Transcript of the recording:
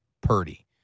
Purdy